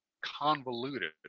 convoluted